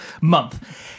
month